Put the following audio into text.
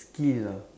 skill ah